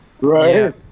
Right